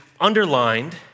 underlined